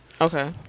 Okay